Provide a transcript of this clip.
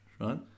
right